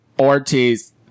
Ortiz